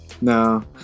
No